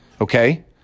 okay